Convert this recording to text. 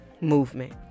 movement